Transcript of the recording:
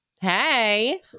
Hey